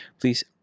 please